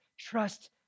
Trust